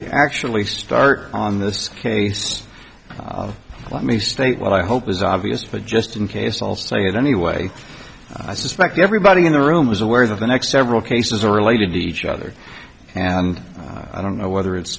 actually start on this case let me state what i hope is obvious but just in case i'll say it anyway i suspect everybody in the room was aware of the next several cases related to each other and i don't know whether it's